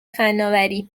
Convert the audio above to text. فناوری